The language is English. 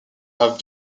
have